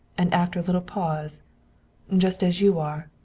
and after a little pause just as you are.